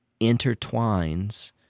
intertwines